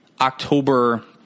October